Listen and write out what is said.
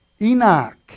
Enoch